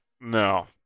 No